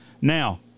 Now